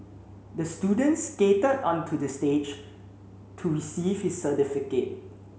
the student skated onto the stage to receive his certificate